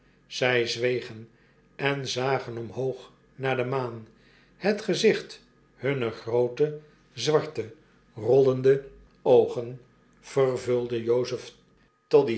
zfj zwegen en zagen omhoog naar de maan het gezicht hunner groote zwarte rollende oogen vervulde jozef